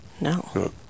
no